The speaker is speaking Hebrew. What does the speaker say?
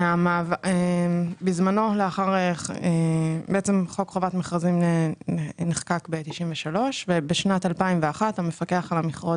בזמנו חוק חובת מכרזים נחקק ב-1993 ובשנת 2001 המפקח על המכרות